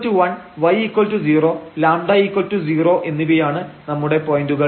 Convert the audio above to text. x1 y0 λ0 എന്നിവയാണ് നമ്മുടെ പോയന്റുകൾ